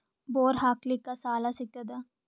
Bore ಹಾಕಲಿಕ್ಕ ಸಾಲ ಸಿಗತದ?